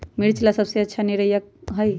मिर्च ला अच्छा निरैया होई?